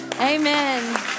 Amen